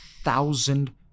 thousand